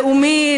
לאומי,